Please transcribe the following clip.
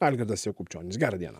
algirdas jakubčionis gera diena